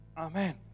Amen